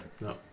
no